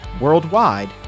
worldwide